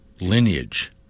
lineage